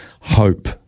hope